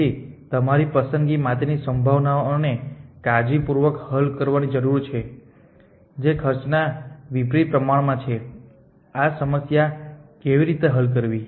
તેથી તમારે પસંદગી માટેની સંભાવનાઓને કાળજીપૂર્વક હલ કરવાની જરૂર છે જે ખર્ચના વિપરીત પ્રમાણમાં છે આ સમસ્યાને કેવી રીતે હલ કરવી